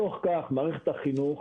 בתוך כך, מערכת החינוך